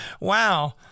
Wow